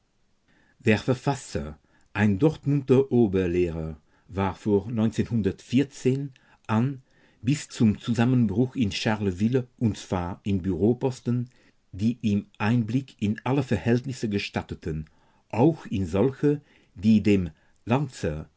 der verfasser ein dortmunder oberlehrer war von an bis zum zusammenbruch in charleville und zwar in bureauposten die ihm einblick in alle verhältnisse gestatteten auch in solche die dem lanzer